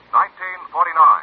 1949